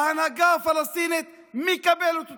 ההנהגה הפלסטינית מקבלת אותן.